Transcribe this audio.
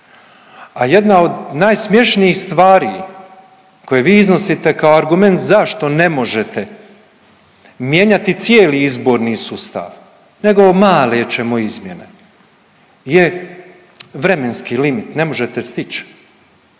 A jedna od najsmješnijih stvari koje vi iznosite kao argument zašto ne možete mijenjati cijeli izborni sustav nego male ćemo izmjene je vremenski limit, ne možete stić.